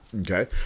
Okay